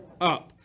up